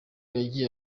yagiye